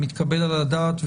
מתקבל על הדעת,